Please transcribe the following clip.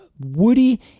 Woody